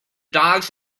dogs